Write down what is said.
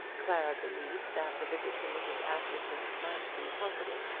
clara believed that the visit to mrs. askerton might be possible.